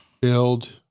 Build